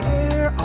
air